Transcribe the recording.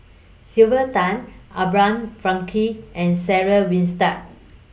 Sylvia Tan Abraham Frankel and Sarah Winstedt